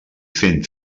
fent